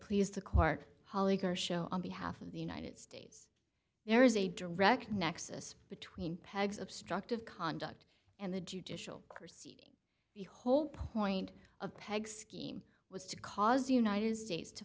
pleased to clark holly car show on behalf of the united states there is a direct nexus between peg's obstructive conduct and the judicial course the whole point of peg scheme was to cause the united states to